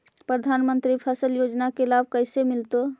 प्रधानमंत्री फसल योजना के लाभ कैसे मिलतै?